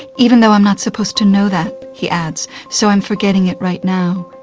even though i'm not supposed to know that he adds, so i'm forgetting it right now.